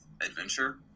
adventure